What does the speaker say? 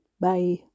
Bye